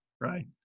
right